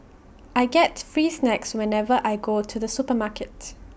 I get free snacks whenever I go to the supermarkets